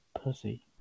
pussy